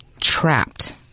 trapped